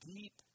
Deep